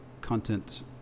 content